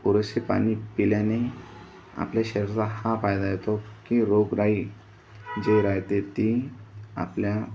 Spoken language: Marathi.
पुरेसे पाणी पिल्याने आपल्या शरीरास हा फायदा होतो की रोगराई जी राहते ती आपल्या